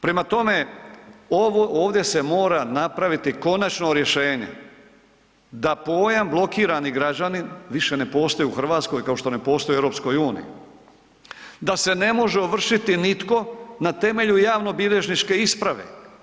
Prema tome, ovdje se mora napraviti konačno rješenje da pojam „blokirani građanin“ više ne postoji u RH, kao što ne postoji i u EU, da se ne može ovršiti nitko na temelju javnobilježničke isprave.